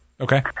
Okay